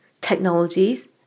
technologies